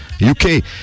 UK